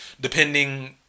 depending